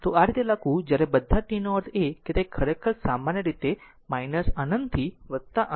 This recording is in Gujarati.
આ રીતે લખવું જ્યારે બધા t નો અર્થ છે કે તે ખરેખર સામાન્ય રીતે છે અનંત થી અનંત